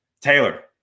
Taylor